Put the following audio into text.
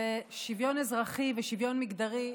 שוויון אזרחי ושוויון מגדרי,